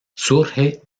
surge